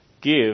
give